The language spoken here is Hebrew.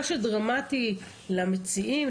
מה שדרמתי למציעים,